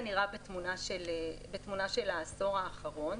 נראה בתמונה של העשור האחרון.